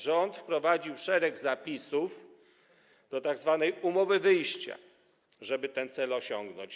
Rząd wprowadził szereg zapisów do tzw. umowy wyjścia, żeby ten cel osiągnąć.